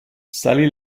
salì